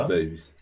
Davis